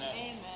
Amen